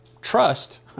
trust